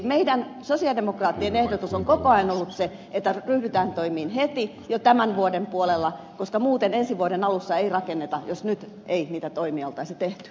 meidän sosialidemokraattien ehdotus on koko ajan ollut se että ryhdytään toimiin heti jo tämän vuoden puolella koska muuten ensi vuoden alussa ei rakenneta jos nyt ei niitä toimia olisi tehty